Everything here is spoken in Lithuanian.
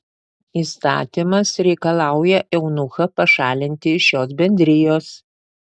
įstatymas reikalauja eunuchą pašalinti iš šios bendrijos